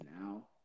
now